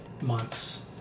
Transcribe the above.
months